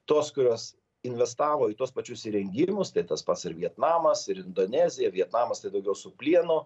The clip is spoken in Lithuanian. tos kurios investavo į tuos pačius įrengimus tai tas pats ir vietnamas ir indonezija ir vietnamas tai daugiau su plienu